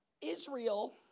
Israel